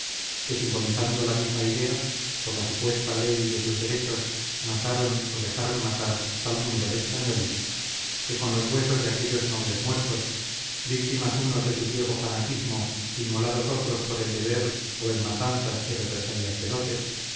que simbolizando la misma idea por la supuesta ley de sus derechos mataron o dejaron matar tal número de españoles que con los huesos de aquellos nobles muertos víctimas unos de su ciego fanatismo inmolados otros por el deber o en matanzas y represalias feroces